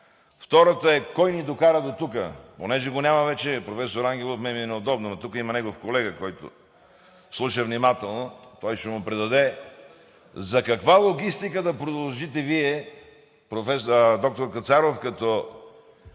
Втората е: кой ни докара дотук? Понеже го няма вече професор Ангелов, мен ми е неудобно, но тук има негов колега, който слуша внимателно. Той ще му предаде. Каква логистика да продължите Вие, доктор Кацаров, като